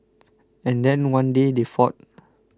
and then one day they fought